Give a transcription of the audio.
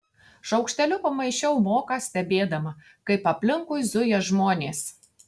šaukšteliu pamaišiau moką stebėdama kaip aplinkui zuja žmonės